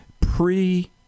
pre